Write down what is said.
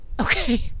Okay